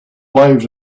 lives